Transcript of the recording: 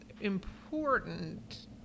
important